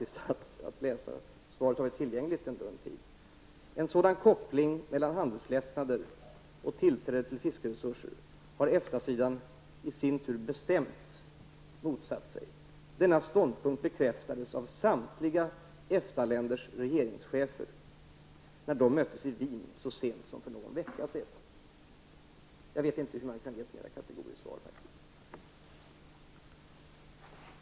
Svaret har varit tillgängligt en lång tid. En sådan koppling mellan handelslättnader och tillträde till fiskeresurser har EFTA-sidan i sin tur bestämt motsatt sig. Denna ståndpunkt bekräftades av samtliga EFTA-länders regeringschefer när de möttes i Wien så sent som för någon vecka sedan. Jag vet inte hur man skulle kunna ge ett mera kategoriskt svar.